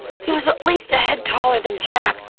he was at least a head taller than jack,